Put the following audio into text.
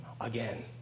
again